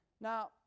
Now